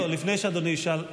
לפני שאדוני ישאל,